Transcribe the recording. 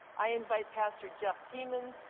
i invite pastor jeff thiemann,